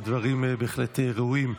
והדברים בהחלט ראויים.